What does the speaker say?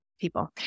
people